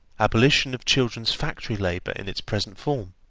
abolition of children's factory labour in its present form.